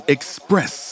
Express